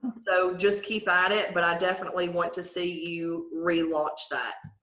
so just keep at it but i definitely want to see you relaunch that.